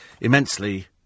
immensely